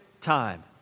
time